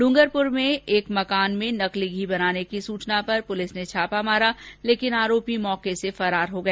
डूंगरपुर में एक मकान में नकली घी बनाने की सूचना पर पुलिस ने छापा मारा लेकिन आरोपी मौके से फरार हो गया